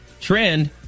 trend